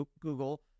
Google